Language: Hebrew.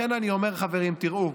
לכן אני אומר, חברים, תראו,